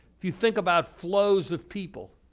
if you think about flows of people,